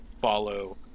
follow